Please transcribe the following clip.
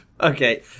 Okay